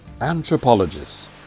anthropologists